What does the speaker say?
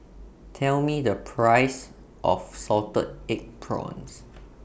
Tell Me The Price of Salted Egg Prawns